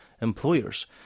employers